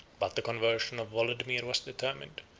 but the conversion of wolodomir was determined,